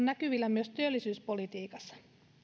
näkyvillä myös työllisyyspolitiikassa